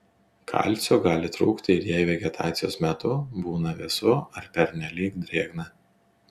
kalcio gali trūkti ir jei vegetacijos metu būna vėsu ar pernelyg drėgna